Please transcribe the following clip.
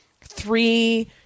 three